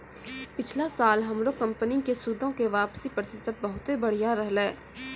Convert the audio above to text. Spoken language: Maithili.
पिछला साल हमरो कंपनी के सूदो के वापसी प्रतिशत बहुते बढ़िया रहलै